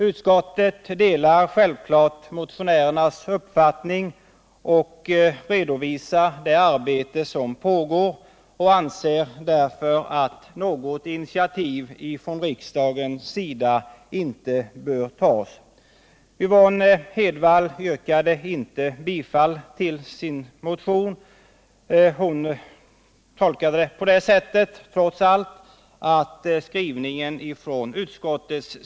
Utskottet delar självfallet motionärernas uppfattning och redovisar det arbete som pågår. Med hänsyn härtill anser utskottet att något initiativ från riksdagens sida inte bör tas. Yvonne Hedvall yrkade inte bifall till sin motion; hon tolkade trots allt utskottets skrivning som positiv.